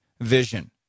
vision